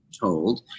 told